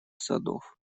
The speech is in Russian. садов